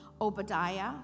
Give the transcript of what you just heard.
Obadiah